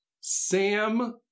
Sam